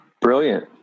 Brilliant